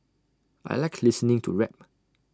I Like listening to rap